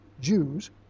Jews